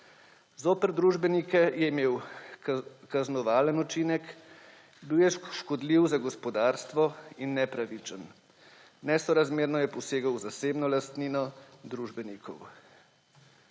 Zoper družbenike je imel kaznovalen učinek, bil je škodljiv za gospodarstvo in nepravičen. Nesorazmerno je posegel v zasebno lastnino družbenikov.